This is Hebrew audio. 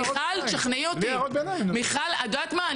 מיכל, את יודעת מה?